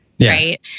Right